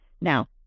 Now